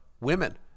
women